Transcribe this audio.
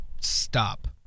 stop